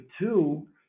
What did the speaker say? two